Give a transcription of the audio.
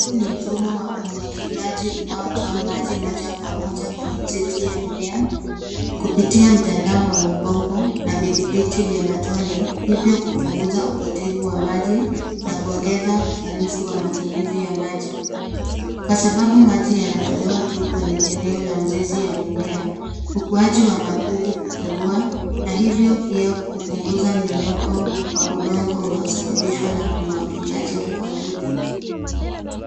Huu ni mfumo wa umwagiliaji unaotoa maji moja kwa moja kwenye mizizi ya mimea kupitia mtandao wa mabomba na vidhibiti vya matone hivyo kupunguza upotevu wa maji na kuongeza ufanisi wa matumizi ya maji. Kwa sababu maji yanatolewa tu kwenye eneo la mzizi ya mimea, ukuaji wa magugu hupungua na hivyo pia kupunguza mmomonyoko wa udongo unaosababishwa na umwagiliaji wa kawaida.